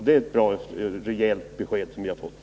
Det är ett rejält besked som vi har fått.